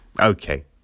Okay